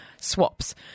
swaps